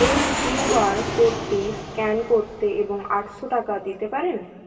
এই কিউআর কোডটি স্ক্যান করতে এবং আটশো টাকা দিতে পারেন